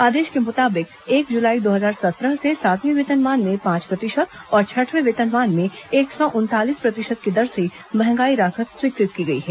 आदेश के मुताबिक एक जुलाई दो हजार सत्रह से सातवें वेतनमान में पांच प्रतिशत और छठवें वेतनमान में एक सौ उनतालीस प्रतिशत की दर से महंगाई राहत स्वीकृत की गई है